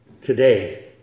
today